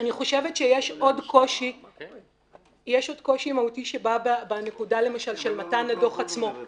יש עוד קושי מהותי בנקודה של מתן הדוח עצמו